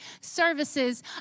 services